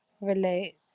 relate